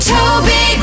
Toby